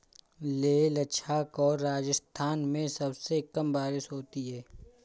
लेह लद्दाख और राजस्थान में सबसे कम बारिश होती है